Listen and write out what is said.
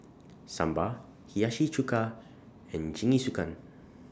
Sambar Hiyashi Chuka and Jingisukan